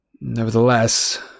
Nevertheless